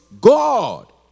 God